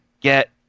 get